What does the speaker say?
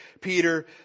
peter